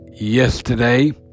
yesterday